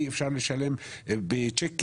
אי אפשר לשלם בצ'קים.